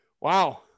wow